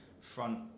front